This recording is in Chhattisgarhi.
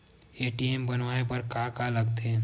ए.टी.एम बनवाय बर का का लगथे?